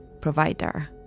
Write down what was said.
provider